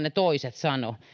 ne toiset sanoivat ja